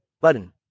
button